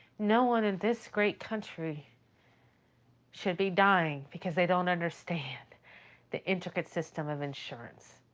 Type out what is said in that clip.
no one in this great country should be dying because they don't understand the intricate system of insurance.